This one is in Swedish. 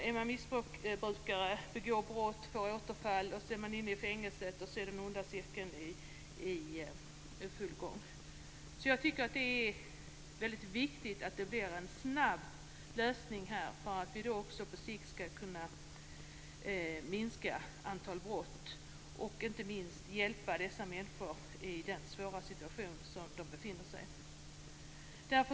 Man är missbrukare, begår brott, får återfall och hamnar i fängelse, och så är man inne i den onda cirkeln. Jag tycker därför att det är viktigt att problemet får en snabb lösning, så att vi på sikt kan minska antalet brott och inte minst hjälpa dessa människor i den svåra situation som de befinner sig i.